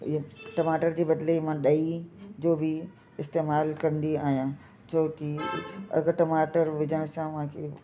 ये टमाटर जे बदिले मां ॾही जो बि इस्तेमालु कंदी आहियां छोकी अगरि टमाटर विझण सां मूंखे